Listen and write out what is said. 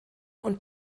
und